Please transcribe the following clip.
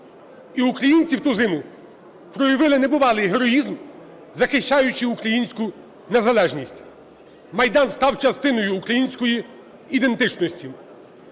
і українці в ту зиму проявили небувалий героїзм, захищаючи українську незалежність. Майдан став частиною української ідентичності.